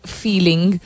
feeling